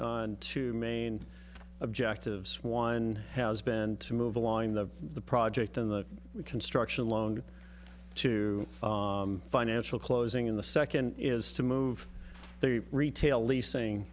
on two main objectives one has been to move the line the the project in the construction loan to financial closing in the second is to move the retail leasing